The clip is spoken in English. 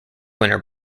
winner